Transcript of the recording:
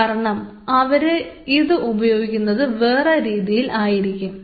കാരണം അവര് ഇത് ഉപയോഗിക്കുന്നത് വേറെ രീതിയിൽ ആയിരിക്കും